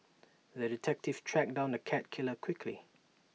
the detective tracked down the cat killer quickly